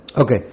okay